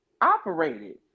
operated